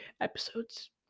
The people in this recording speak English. episodes